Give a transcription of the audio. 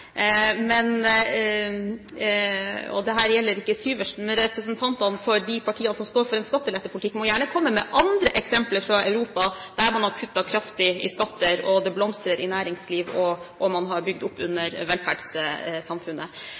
men representantene for de partiene som står for en skattelettepolitikk, må gjerne komme med andre eksempler fra Europa der man har kuttet kraftig i skatter, der det blomstrer i næringslivet, og der man har bygd opp under velferdssamfunnet.